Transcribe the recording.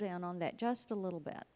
down on that just a little bit